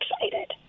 excited